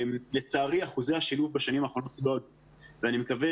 לצערי אחוזי השילוב בשנים האחרונות --- ואני מקווה